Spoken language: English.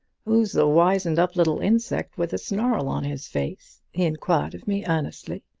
who's the wizened-up little insect, with a snarl on his face? he inquired of me earnestly.